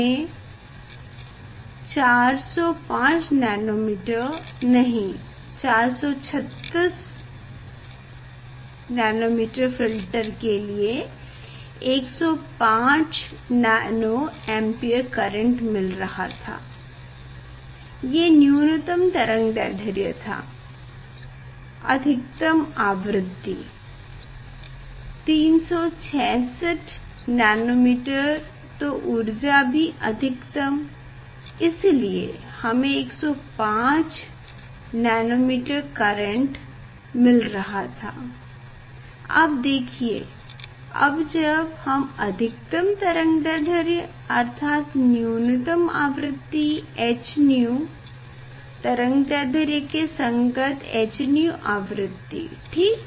हमें 405nm नहीं 436 filter के लिए 105 नैनो अम्पियर करेंट मिल रहा था ये न्यूनतम तरंगदैढ्र्य था अधिकतम आवृति 366nm तो ऊर्जा भी अधिकतम इसलिए हमें 105nm करेंट मिल रहा था आप देखिएअब जब हम अधिकतम तरंगदैढ्र्य अर्थात न्यूनतम आवृति h𝛎 तरंगदैढ्र्य के संगत h𝛎 आवृति ठीक